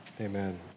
Amen